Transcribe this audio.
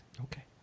Okay